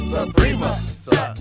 Suprema